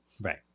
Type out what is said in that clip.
right